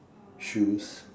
shoes